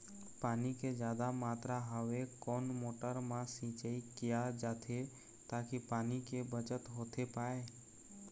पानी के जादा मात्रा हवे कोन मोटर मा सिचाई किया जाथे ताकि पानी के बचत होथे पाए?